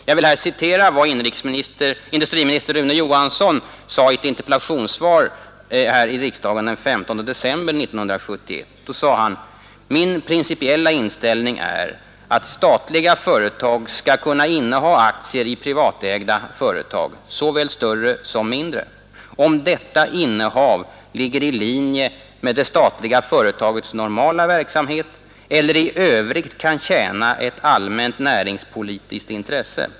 Jag vill här citera vad inrikesministern Rune Johansson sade i ett interpellationssvar den 15 december 1971: ”Min principiella inställning är att statliga företag skall kunna inneha aktier i privatägda företag, såväl större som mindre, om detta innehav ligger i linje med det statliga företagets normala verksamhet eller i övrigt kan tjäna ett allmänt näringspolitiskt intresse.